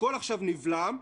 הכול עכשיו נבלם,